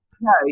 No